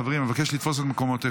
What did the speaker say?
חברים, אני מבקש לתפוס את מקומותיכם.